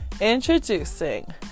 Introducing